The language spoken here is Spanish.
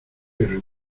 pero